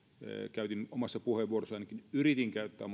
käytin omassa puheenvuorossani tai ainakin yritin käyttää